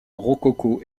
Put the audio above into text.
rococo